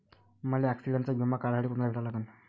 मले ॲक्सिडंटचा बिमा काढासाठी कुनाले भेटा लागन?